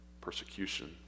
persecution